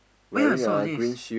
where was all of this